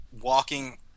walking